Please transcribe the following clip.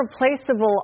irreplaceable